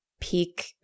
Peak